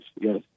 Yes